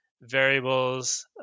variables